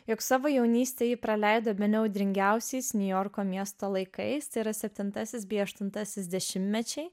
jog savo jaunystę ji praleido bene audringiausiais niujorko miesto laikais tėra septintasis bei aštuntasis dešimtmečiai